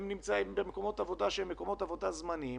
הם נמצאים במקומות עבודה שהם מקומות עבודה זמניים.